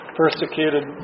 persecuted